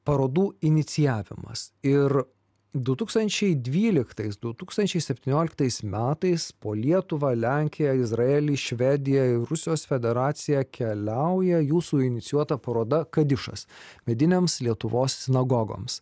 parodų inicijavimas ir du tūkstančiai dvyliktais du tūkstančiai septynioliktais metais po lietuvą lenkiją izraelį švediją ir rusijos federaciją keliauja jūsų inicijuota paroda kadišas vidinėms lietuvos sinagogoms